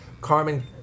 Carmen